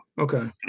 Okay